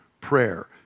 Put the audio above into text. prayer